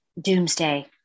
doomsday